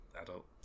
adult